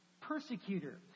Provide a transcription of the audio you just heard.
persecutor